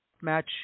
match